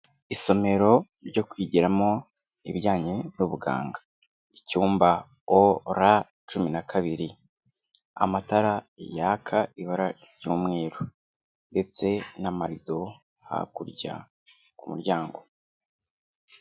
Isomero ryo kwigiramo ibijyanye n'ubuganga icyumba O R cumi na kabiri, amatara yaka ibara ry'umweru ndetse n'amarido hakurya ku muryango.